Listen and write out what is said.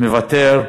מוותר.